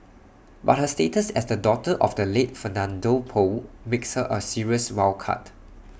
but her status as the daughter of the late Fernando Poe makes her A serious wild card